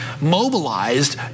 mobilized